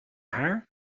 haar